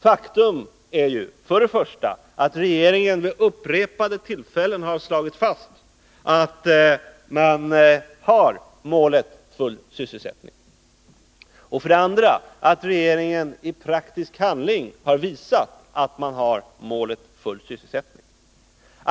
Faktum är ju för det första att regeringen vid upprepade tillfällen slagit fast att man har målet full sysselsättning och för det andra att regeringen i praktisk handling har visat att man har målet full sysselsättning.